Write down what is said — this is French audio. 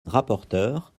rapporteur